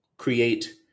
create